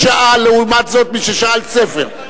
לעומת זאת מי ששאל ספר.